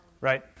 Right